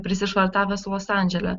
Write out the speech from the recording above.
prisišvartavęs los andžele